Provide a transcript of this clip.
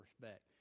respect